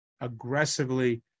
aggressively